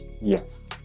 yes